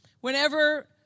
whenever